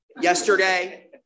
yesterday